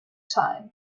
time